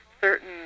certain